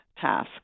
Task